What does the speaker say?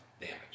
damage